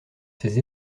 ses